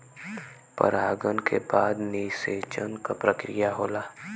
परागन के बाद निषेचन क प्रक्रिया होला